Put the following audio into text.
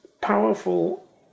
powerful